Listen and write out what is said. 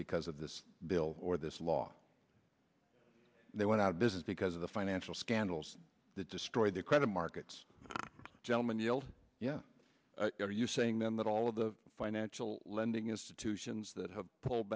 because of this bill or this law they went out of business because of the financial scandals that destroyed the credit markets gentlemen the old yeah are you saying then that all of the financial lending institutions that have pulled